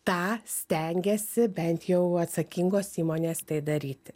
tą stengiasi bent jau atsakingos įmonės tai daryti